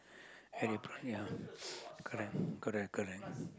very proud ya correct correct correct